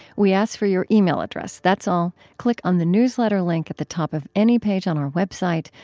we ask for your email address. that's all. click on the newsletter link at the top of any page on our website.